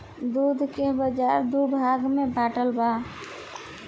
दूध के बाजार दू भाग में बाटल बा